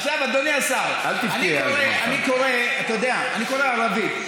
עכשיו, אדוני השר, אתה יודע, אני קורא ערבית.